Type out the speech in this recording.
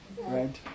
right